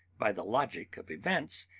by the logic of events,